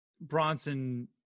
Bronson